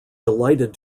delighted